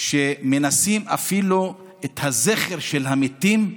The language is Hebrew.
שמנסים למחוק אפילו את הזכר של המתים.